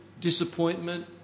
disappointment